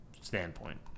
standpoint